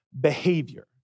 behavior